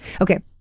Okay